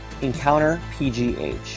EncounterPGH